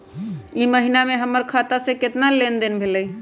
ई महीना में हमर खाता से केतना लेनदेन भेलइ?